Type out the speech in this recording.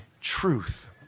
truth